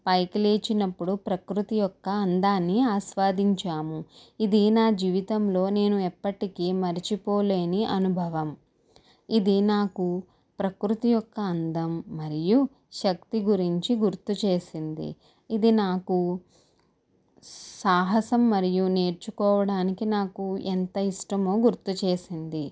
పైకి లేచినప్పుడు ప్రకృతి యొక్క అందాన్ని ఆస్వాదించాము ఇది నా జీవితంలో నేను ఎప్పటికీ మరిచిపోలేని అనుభవం ఇది నాకు ప్రకృతి యొక్క అందం మరియు శక్తి గురించి గుర్తు చేసింది ఇది నాకు సాహసం మరియు నేర్చుకోవడానికి నాకు ఎంత ఇష్టమో గుర్తు చేసింది